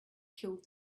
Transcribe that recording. killed